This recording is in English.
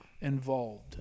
involved